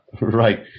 Right